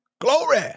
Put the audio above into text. glory